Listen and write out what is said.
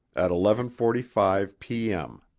at eleven forty five p. m.